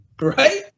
Right